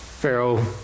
Pharaoh